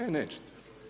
E nećete.